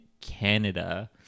Canada